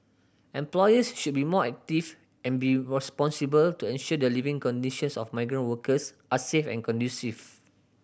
employers should be more active and be responsible to ensure the living conditions of migrant workers are safe and conducive